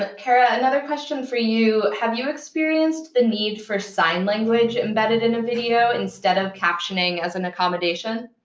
ah kara, another question for you. have you experienced the need for sign language embedded in a video instead of captioning as an accommodation?